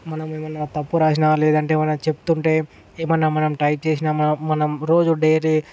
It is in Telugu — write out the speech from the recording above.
మనం ఏమైనా తప్పు రాసిన లేదంటే ఏమైనా చెప్తుంటే ఏమన్నా మనం టైప్ చేసినా మనం మనం రోజు డైరీ